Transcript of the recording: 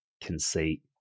conceit